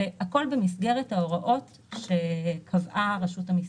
הכול במסגרת ההוראות שקבעה רשות המיסים.